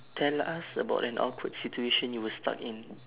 tell us about an awkward situation you were stuck in